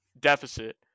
deficit